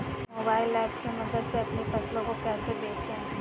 Mobile app की मदद से अपनी फसलों को कैसे बेचें?